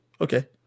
Okay